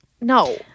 no